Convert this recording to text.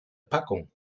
packung